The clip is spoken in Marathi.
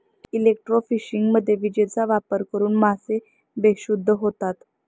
इलेक्ट्रोफिशिंगमध्ये विजेचा वापर करून मासे बेशुद्ध होतात